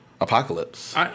apocalypse